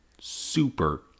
super